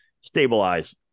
stabilize